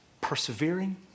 persevering